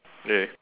really